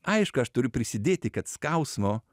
aišku aš turiu prisidėti kad skausmo